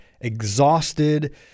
exhausted